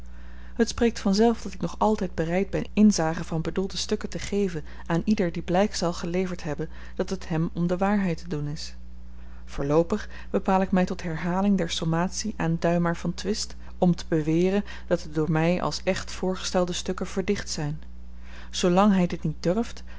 het spreekt vanzelf dat ik nog altyd bereid ben inzage van bedoelde stukken te geven aan ieder die blyk zal geleverd hebben dat het hem om waarheid te doen is voorloopig bepaal ik my tot herhaling der sommatie aan duymaer van twist om te beweren dat de door my als echt voorgestelde stukken verdicht zyn zoolang hy dit niet durft